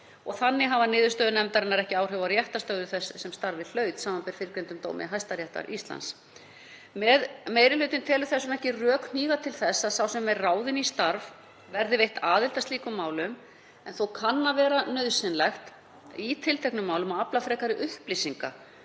þannig hafa niðurstöður nefndarinnar ekki áhrif á réttarstöðu þess sem starfið hlaut, samanber fyrrgreindan dóm Hæstaréttar Íslands. Meiri hlutinn telur þess vegna ekki rök hníga til þess að þeim sem er ráðinn í starf verði veitt aðild að slíkum málum en þó kann að vera nauðsynlegt í tilteknum málum að afla frekari upplýsinga